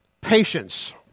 patience